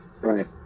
Right